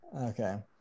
Okay